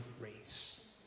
race